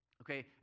Okay